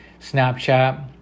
Snapchat